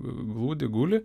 glūdi guli